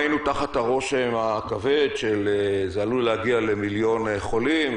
היינו תחת הרושם הכבד שזה עלול להגיע למיליון חולים,